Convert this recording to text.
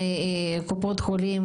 לפחות שישה חודשים.